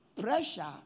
pressure